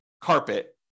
carpet